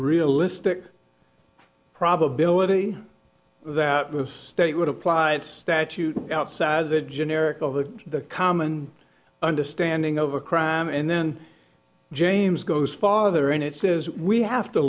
realistic probability that was state would applied statute outside the generic of the common understanding of a crime and then james goes farther in it says we have to